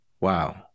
Wow